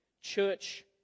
church